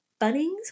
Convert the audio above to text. bunnings